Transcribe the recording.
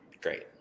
Great